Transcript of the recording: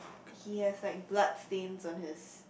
he has like blood stains on his